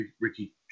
Ricky